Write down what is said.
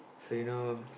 so you know